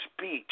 speech